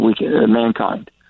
Mankind